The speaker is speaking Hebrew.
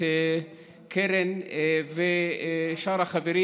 את קרן ושאר החברים.